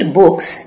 books